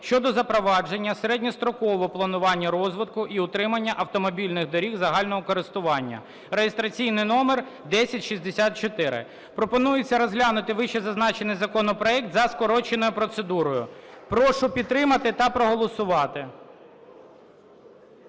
щодо запровадження середньострокового планування розвитку і утримання автомобільних доріг загального користування (реєстраційний номер 1064). Пропонується розглянути вищезазначений законопроект за скороченою процедурою. Прошу підтримати та проголосувати.